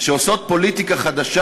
שעושות פוליטיקה חדשה,